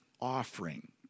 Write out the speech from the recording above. offering